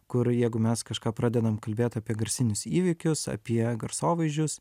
kur jeigu mes kažką pradedam kalbėt apie garsinius įvykius apie garsovaizdžius